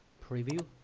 preview